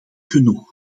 genoeg